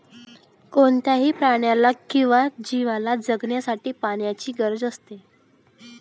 कोणत्याही प्राण्याला किंवा जीवला जगण्यासाठी पाण्याची गरज असते